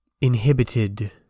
...inhibited